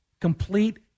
Complete